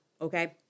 okay